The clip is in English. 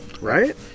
right